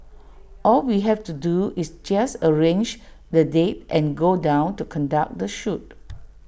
all we have to do is just arrange the date and go down to conduct the shoot